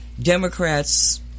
Democrats